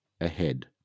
ahead